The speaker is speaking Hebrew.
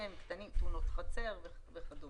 תאונות חצר וכדומה.